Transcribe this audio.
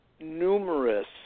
numerous